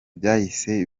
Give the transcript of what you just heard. byahise